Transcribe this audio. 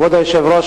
כבוד היושב-ראש,